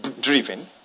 driven